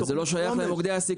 אבל זה לא שייך למוקדי הסיכון.